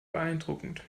beeindruckend